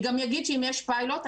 אני גם אגיד שאם יש פיילוט,